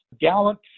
gallant